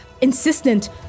insistent